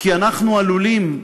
כי אנחנו עלולים,